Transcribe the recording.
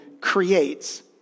creates